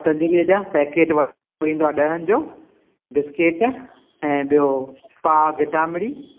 पतंजलीअ जा पैकेट व ईंदो आहे ॾहनि जो बिस्केट ऐं ॿियो पाव गिदामिड़ी